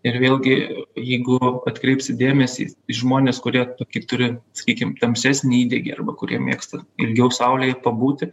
ir vėlgi jeigu atkreipsit dėmesį į žmones kurie tokį turi sakykim tamsesnį įdegį arba kurie mėgsta ilgiau saulėje pabūti